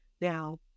now